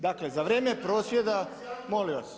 Dakle za vrijeme prosvjeda …… [[Upadica se ne čuje.]] molim vas.